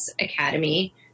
Academy